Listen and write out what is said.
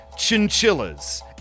Chinchillas